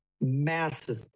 massive